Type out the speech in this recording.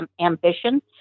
ambition